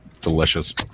delicious